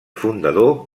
fundador